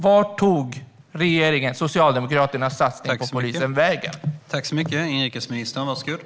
Vart tog regeringens och Socialdemokraternas satsningar på polisen vägen?